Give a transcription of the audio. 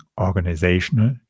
organizational